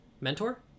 Mentor